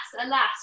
alas